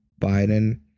Biden